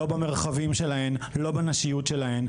לא במרחבים שלהן ולא בנשיות שלהן.